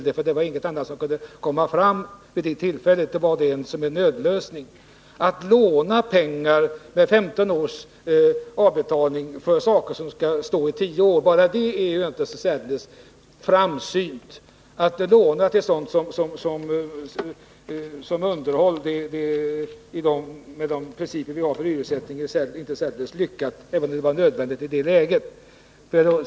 Det fanns ingen annan möjlighet vid det tillfället. Det var som en nödlösning. Bara detta att låna pengar med 15 års avbetalning för saker som skall stå i 10 år är inte särdeles framsynt. Med hänsyn till de principer som vi har för hyressättning är det inte så särskilt lyckat att låna till sådant som underhåll, även om det var nödvändigt i det läget.